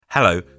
Hello